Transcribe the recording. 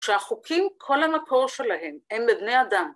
‫כשהחוקים, כל המקור שלהם ‫הם בבני אדם.